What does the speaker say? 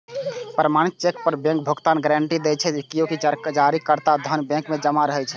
प्रमाणित चेक पर बैंक भुगतानक गारंटी दै छै, कियैकि जारीकर्ता के धन बैंक मे जमा रहै छै